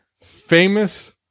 Famous